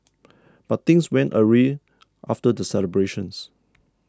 but things went awry after the celebrations